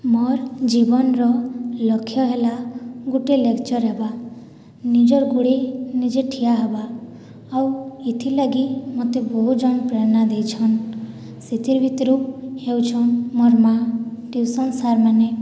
ମୋର ଜୀବନ ର ଲକ୍ଷ ହେଲା ଗୋଟିଏ ଲେକ୍ଚର୍ ହେବା ନିଜର ଗୁଡେ଼ ନିଜେ ଠିଆ ହେବା ଆଉ ଏଥିଲାଗି ମୋତେ ବହୁତ୍ ଜଣେ ପ୍ରେରଣା ଦେଇଛନ୍ ସେଥି ଭିତରୁ ହେଉଛନ୍ ମୋର ମାଆ ଟିଉସନ୍ ସାର୍ ମାନେ